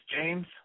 James